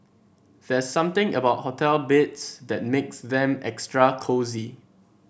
there's something about hotel beds that makes them extra cosy